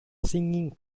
singing